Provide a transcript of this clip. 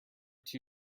two